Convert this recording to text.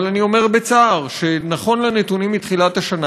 אבל אני אומר בצער שנכון לנתונים מתחילת השנה,